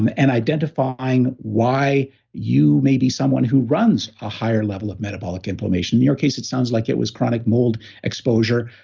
um and identifying why you may be someone who runs a higher level of metabolic inflammation. in your case, it sounds like it was chronic mold exposure.